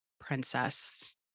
princess